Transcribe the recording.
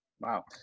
Wow